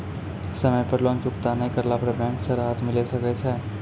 समय पर लोन चुकता नैय करला पर बैंक से राहत मिले सकय छै?